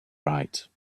right